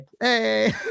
Hey